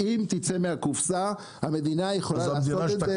אם תצא מהקופסה המדינה יכולה לעשות את זה.